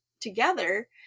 together